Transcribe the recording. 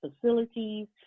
facilities